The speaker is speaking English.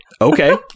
okay